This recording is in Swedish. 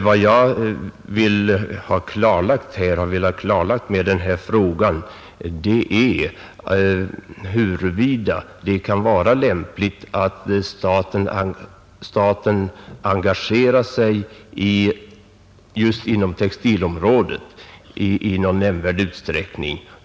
Vad jag har velat få klarlagt med min fråga är huruvida det kan vara lämpligt att staten engagerar sig i någon nämnvärd utsträckning inom textilområdet.